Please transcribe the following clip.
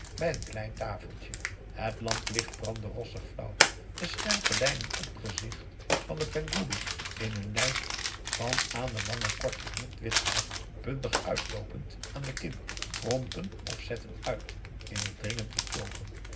bij n klein tafeltje het lamplicht brandde rossig flauw de scherpe lijnen op het gezicht van den penghoeloe in een lijst van aan de wangen kort geknipt wit haar puntig uitloopend aan de kin krompen of zetten uit in het dringend betoogen